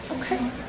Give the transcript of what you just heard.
Okay